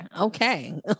okay